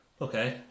okay